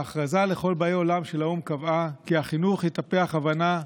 ההכרזה לכל באי עולם של האו"ם קבעה כי החינוך יטפח הבנה,